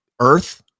earth